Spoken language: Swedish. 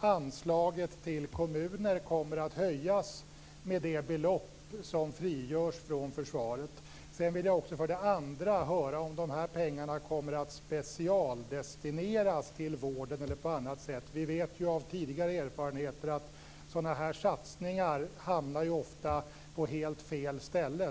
anslaget till kommuner kommer att höjas med det belopp som frigörs från försvaret. Sedan vill jag också höra om dessa pengar kommer att specialdestineras till vården. Vi vet ju av tidigare erfarenheter att sådana här satsningar ofta hamnar på helt fel ställe.